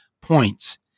points